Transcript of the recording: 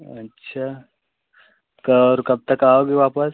अच्छा और कब तक आओगे वापस